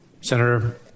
Senator